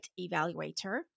evaluator